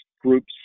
groups